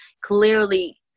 clearly